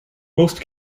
most